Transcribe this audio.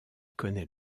connaît